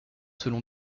selon